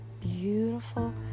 beautiful